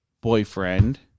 boyfriend